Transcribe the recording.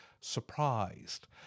surprised